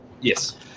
Yes